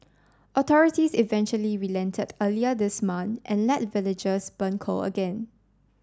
authorities eventually relented earlier this month and let villagers burn coal again